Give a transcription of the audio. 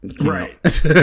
right